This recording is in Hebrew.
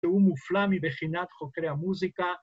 ‫שהוא מופלא מבחינת חוקרי המוזיקה.